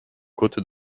côtes